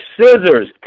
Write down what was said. scissors